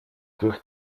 durch